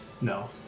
no